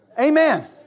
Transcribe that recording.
Amen